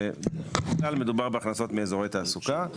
כאן מדובר על הכנסות מאזורי תעסוקה,